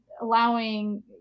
allowing